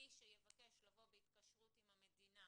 מי שיבקש לבוא בהתקשרות עם המדינה